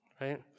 Right